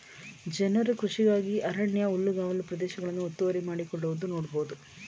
ಜನರು ಕೃಷಿಗಾಗಿ ಅರಣ್ಯ ಹುಲ್ಲುಗಾವಲು ಪ್ರದೇಶಗಳನ್ನು ಒತ್ತುವರಿ ಮಾಡಿಕೊಳ್ಳುವುದನ್ನು ನೋಡ್ಬೋದು